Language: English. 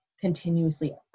continuously